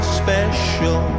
special